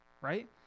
right